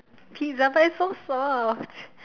pizza but it is so soft